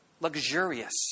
Luxurious